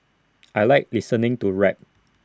I Like listening to rap